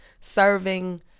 serving